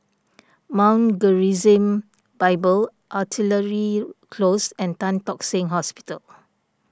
Mount Gerizim Bible Artillery Close and Tan Tock Seng Hospital